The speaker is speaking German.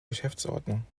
geschäftsordnung